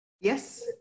Yes